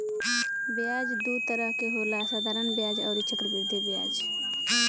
ब्याज दू तरह के होला साधारण ब्याज अउरी चक्रवृद्धि ब्याज